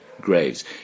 graves